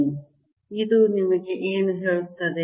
ಇದು ನಿಮಗೆ ಏನು ಹೇಳುತ್ತದೆ